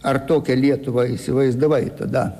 ar tokią lietuvą įsivaizdavai tada